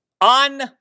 on